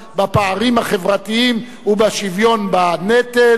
בפערים החברתיים ובשוויון בנטל.